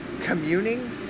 communing